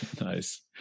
Nice